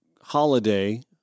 holiday